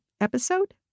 episode